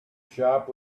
shop